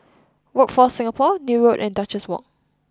Workforce Singapore Neil Road and Duchess Walk